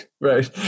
Right